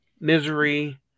Misery